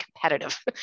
competitive